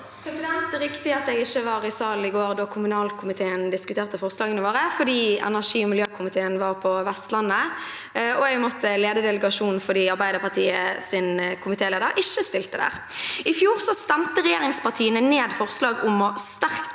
riktig at jeg ikke var i salen i går da kommunalkomiteen diskuterte forslagene våre, for energi- og miljøkomiteen var på Vestlandet, og jeg måtte lede delegasjonen fordi Arbeiderpartiets komitéleder ikke stilte der. I fjor stemte regjeringspartiene ned forslag om sterkt